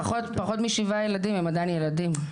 פחות משבעה ילדים הם עדיין ילדים.